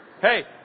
hey